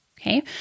Okay